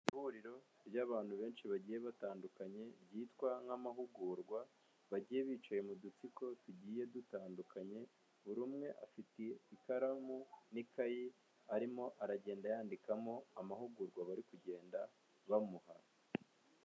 Ihuriro ry'abantu benshi bagiye batandukanye ryitwa nk'amahugurwa bagiye bicaye mu dutsiko tugiye dutandukanye buri umwe afite ikaramu n'ikayi arimo aragenda yandikamo amahugurwa bari kugenda bamuha.